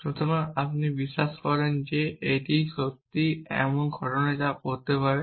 সুতরাং আপনি বিশ্বাস করেন যে এটি সত্যিই এমন ঘটনা আপনি হতে পারেন